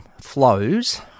flows